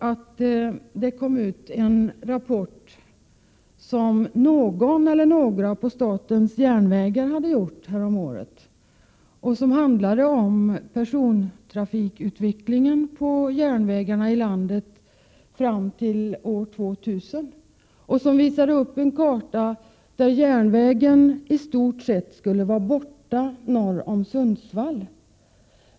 Häromåret kom det ut en rapport som någon eller några inom statens järnvägar hade framställt och som handlade om persontrafikutvecklingen på järnvägarna i landet fram till år 2000. I rapporten finns en karta som visar att järnvägen i stort sett skulle vara borta norr om Sundsvall.